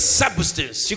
substance